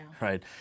right